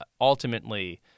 ultimately